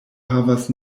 havas